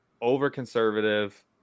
over-conservative